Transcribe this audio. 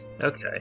okay